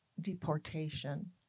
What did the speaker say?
deportation